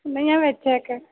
എന്നാൽ ഞാൻ വെച്ചേക്കാം